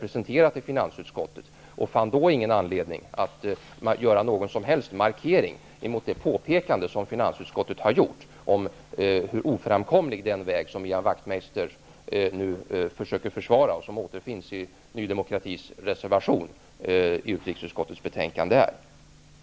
Vid behandlingen i finansutskottet fann Ny demokrati ingen anledning att göra någon som helst markering gentemot de påpekanden som finansutskottet gjorde om hur oframkomlig den väg är, som nu återfinns i Ny demokratis reservation till utrikesutskottets betänkande, vilken Ian Wachtmeister försöker försvara.